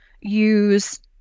use